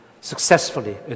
successfully